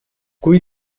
kui